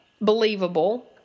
believable